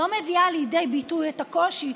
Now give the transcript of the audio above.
לא מביאה לידי ביטוי את הקושי,